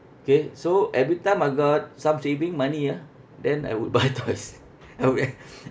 okay so everytime I got some saving money ah then I would buy toys I would eh